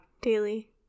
daily